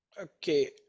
Okay